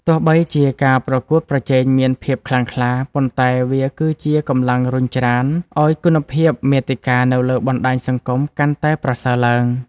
ទោះបីជាការប្រកួតប្រជែងមានភាពខ្លាំងក្លា ប៉ុន្តែវាគឺជាកម្លាំងរុញច្រានឱ្យគុណភាពមាតិកានៅលើបណ្ដាញសង្គមកាន់តែប្រសើរឡើង។